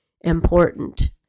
important